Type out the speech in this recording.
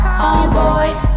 homeboys